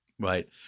Right